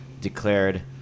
declared